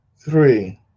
three